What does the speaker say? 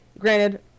Granted